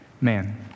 Man